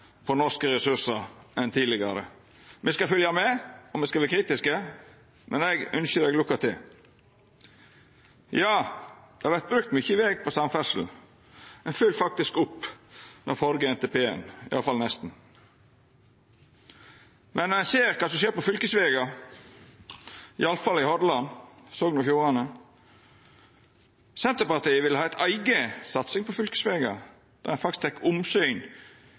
på norske ressursar enn tidlegare. Me skal fylgja med, og me skal vera kritiske, men eg ynskjer Bollestad lukke til. Det vert brukt mykje på veg innan samferdsel. Me fylgjer faktisk opp den førre NTP-en, i alle fall nesten. Men når ein ser kva som skjer på fylkesvegar, i alle fall i Hordaland og i Sogn og Fjordane, vil Senterpartiet ha ei eiga satsing på fylkesvegar der ein tek omsyn